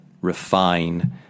refine